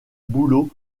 bouleaux